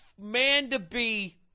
man-to-be